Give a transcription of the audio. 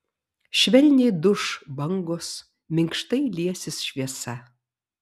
švelniai duš bangos minkštai liesis šviesa